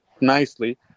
nicely